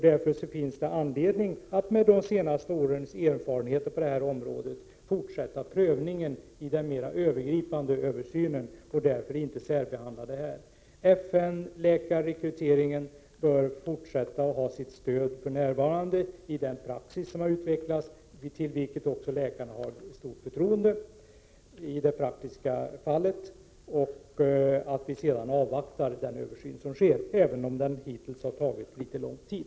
Därför finns det anledning att med de senaste årens erfarenheter på detta område fortsätta prövningen i den mer övergripande översynen och alltså inte särbehandla denna fråga. FN-läkarrekryteringen bör fortsätta och ha sitt stöd i den praxis som utvecklats, för vilken också läkarna har stort förtroende. Vi bör avvakta den översyn som sker, även om den hittills har tagit litet lång tid.